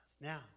Now